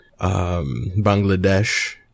Bangladesh